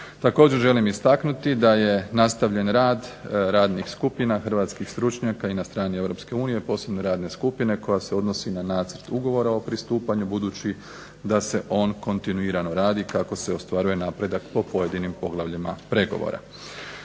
Također želim istaknuti da je nastavljen rad radnih skupina hrvatskih stručnjaka i na strani EU, posebno radne skupine koja se odnosi na nacrt Ugovora o pristupanju budući da se on kontinuirano radi kako se ostvaruje napredak po pojedinim poglavljima pregovora.